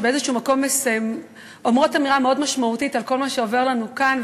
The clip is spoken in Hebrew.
שבאיזשהו מקום אומרות אמירה מאוד משמעותית על כל מה שעובר עלינו כאן,